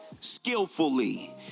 skillfully